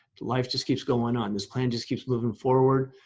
life just keeps going on this plan just keeps moving forward.